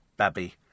Babby